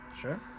sure